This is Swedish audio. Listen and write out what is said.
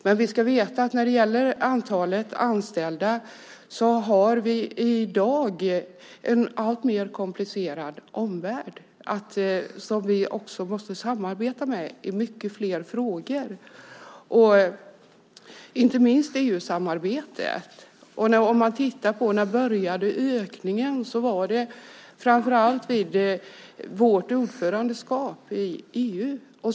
Vi ska veta att vi när det gäller antalet anställda i dag har en alltmer komplicerad omvärld som vi också måste samarbeta med och i långt fler frågor än tidigare. Inte minst gäller det EU-samarbetet. Om man tittar på när ökningen började ser man att det var framför allt i samband med Sveriges ordförandeskap i EU.